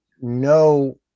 no